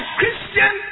Christian